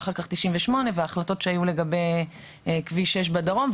ואחר כך משנת 98' וההחלטות שהיו לגבי כביש 6 בדרום,